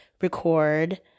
record